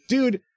Dude